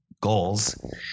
goals